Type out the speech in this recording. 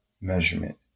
measurement